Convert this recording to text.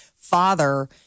father